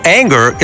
anger